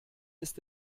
ist